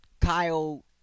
Kyle